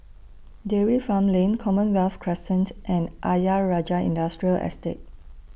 Dairy Farm Lane Commonwealth Crescent and Ayer Rajah Industrial Estate